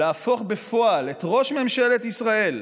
להפוך בפועל את ראש ממשלת ישראל,